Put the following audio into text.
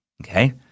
Okay